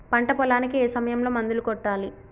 పంట పొలానికి ఏ సమయంలో మందులు కొట్టాలి?